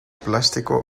plástico